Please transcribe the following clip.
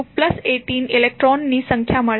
241018 ઇલેક્ટ્રોનની સંખ્યા મળશે